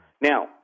Now